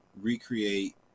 recreate